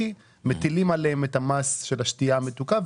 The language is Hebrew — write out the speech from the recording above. מטילים עליהם את המס של השתייה המתוקה.